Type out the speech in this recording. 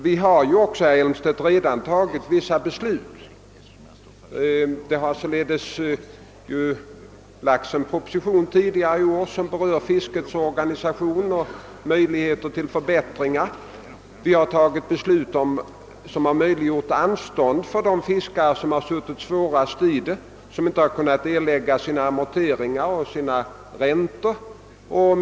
Vi har också, herr Elmstedt, redan vidtagit vissa åtgärder. Det har siledes redan tidigare i år framlagts en proposition, som berör möjligheterna till förbättringar av fiskets organisation. Vi har också fattat beslut som möjliggjort anstånd för fiskare, som haft det svårt och inte kunnat erlägga sina amorteringar och räntor på fiskeriiån.